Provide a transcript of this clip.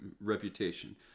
reputation